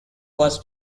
was